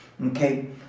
Okay